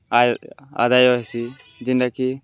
ଆୟ ଆଦାୟ ହେସି ଯେନ୍ଟାକି